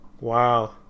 Wow